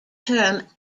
term